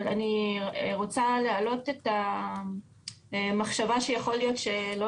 אני רוצה להעלות את המחשבה שיכול להיות שלא